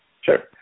Sure